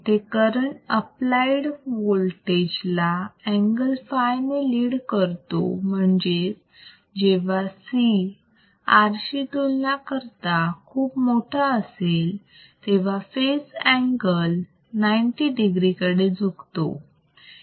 इथे current applied voltage ला angle phi ने लीड करतो म्हणजेच जेव्हा C R शी तुलना करता खूप मोठा असेल तेव्हा फेज अँगल 90 degree कडे झुकतो